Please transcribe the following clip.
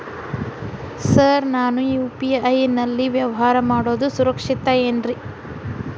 Sir ನಾನು UPI ನಲ್ಲಿ ವ್ಯವಹಾರ ಮಾಡೋದು ಸುರಕ್ಷಿತ ಏನ್ರಿ?